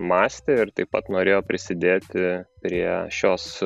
mąstė ir taip pat norėjo prisidėti prie šios